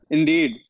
Indeed